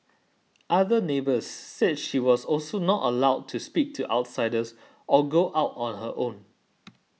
other neighbours said she was also not allowed to speak to outsiders or go out on her own